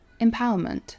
Empowerment